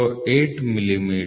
008 millimetre